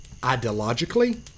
ideologically